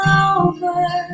over